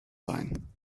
sein